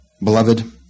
Beloved